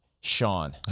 Sean